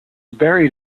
buried